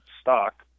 stock